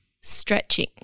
stretching